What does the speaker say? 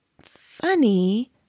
funny